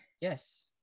Yes